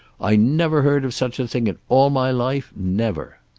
i never heard of such a thing in all my life never!